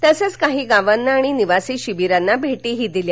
तसंच काही गावांना आणि निवासी शिबीरांना भेटीही दिल्या